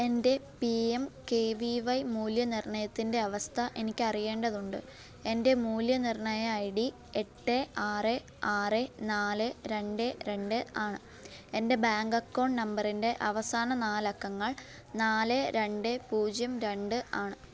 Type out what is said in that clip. എന്റെ P M K V Y മൂല്യനിർണ്ണയത്തിന്റെ അവസ്ഥ എനിക്ക് അറിയേണ്ടതുണ്ട് എന്റെ മൂല്യനിർണ്ണയ ഐ ഡി എട്ട് ആറ് ആറ് നാല് രണ്ട് രണ്ട് ആണ് എന്റെ ബാങ്ക് അക്കൗണ്ട് നമ്പറിന്റെ അവസാന നാല് അക്കങ്ങൾ നാല് രണ്ട് പൂജ്യം രണ്ട് ആണ്